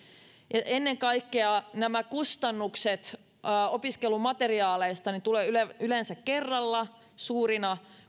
ennen kaikkea nämä kustannukset opiskelumateriaaleista tulevat yleensä kerralla suurina